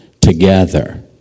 together